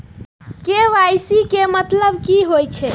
KYC के मतलब की होई छै?